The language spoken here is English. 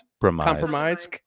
Compromise